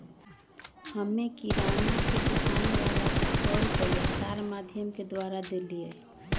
हम्मे किराना के दुकान वाला के सौ रुपईया तार माधियम के द्वारा देलीयी